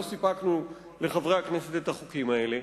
לא סיפקנו לחברי הכנסת את החוקים האלה,